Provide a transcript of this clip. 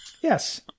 Yes